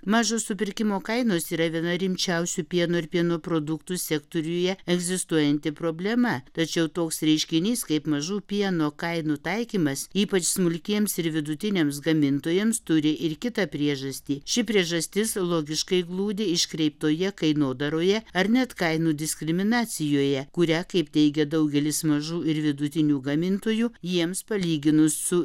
mažos supirkimo kainos yra viena rimčiausių pieno ir pieno produktų sektoriuje egzistuojanti problema tačiau toks reiškinys kaip mažų pieno kainų taikymas ypač smulkiems ir vidutiniams gamintojams turi ir kitą priežastį ši priežastis logiškai glūdi iškreiptoje kainodaroje ar net kainų diskriminacijoje kurią kaip teigia daugelis mažų ir vidutinių gamintojų jiems palyginus su